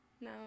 No